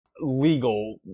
legal